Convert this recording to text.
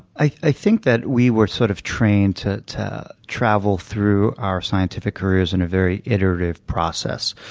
i think that we were sort of trained to to travel through our scientific careers in a very iterative process.